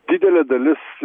didelė dalis